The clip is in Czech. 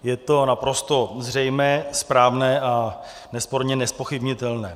Je to naprosto zřejmé, správné a nesporně nezpochybnitelné.